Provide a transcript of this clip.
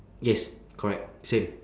yes correct same